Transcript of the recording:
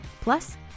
Plus